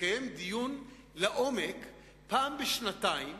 יקיים פעם בשנתיים